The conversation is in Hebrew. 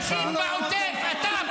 תסתום את הפה ותתרחק, יאללה.